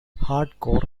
hardcore